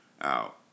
out